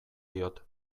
diot